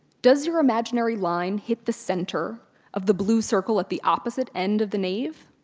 does your imaginary line hit the center of the blue circle at the opposite end of the nave?